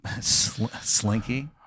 Slinky